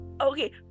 Okay